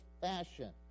fashion